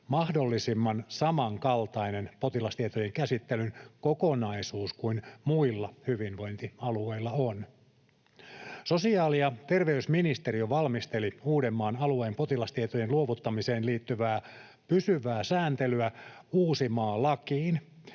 mahdollisimman samankaltainen potilastietojen käsittelyn kokonaisuus kuin muilla hyvinvointialueilla on. Sosiaali- ja terveysministeriö valmisteli Uudenmaan alueen potilastietojen luovuttamiseen liittyvää pysyvää sääntelyä Uusimaa-lakiin,